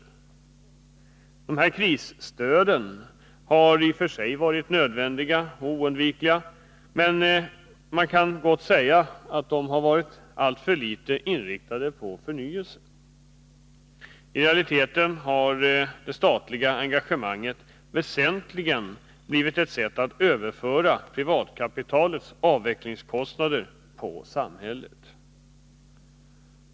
Det här krisstödet har i och för sig varit nödvändigt och oundvikligt, men man kan gott säga att det har varit alltför litet inriktat på förnyelse. I realiteten har det statliga engagemanget väsentligen bara blivit ett sätt att överföra privatkapitalets avvecklingskostnader på samhället.